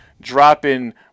dropping